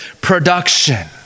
production